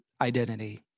identity